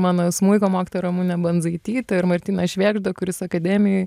mano smuiko mokytoją ramunę bandzaitytę ir martyną švėgždą kuris akademijoj